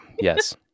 Yes